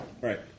Right